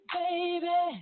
baby